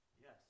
Yes